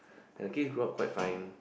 and the kids grew up quite fine